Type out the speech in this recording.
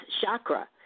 chakra